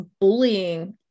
bullying